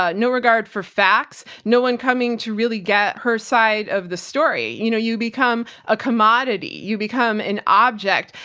ah no regard for facts, no one coming coming to really get her side of the story. you know, you become a commodity. you become an object.